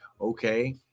okay